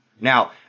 Now